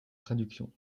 traductions